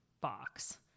box